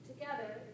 together